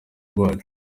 rwacu